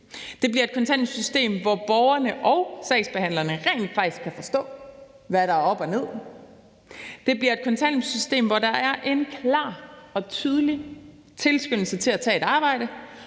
Det bliver et kontanthjælpssystem, hvor borgerne og sagsbehandlerne rent faktisk kan forstå, hvad der er op og ned. Det bliver et kontanthjælpssystem, hvor der er en klar og tydelig tilskyndelse til at tage et arbejde,